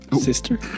Sister